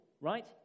right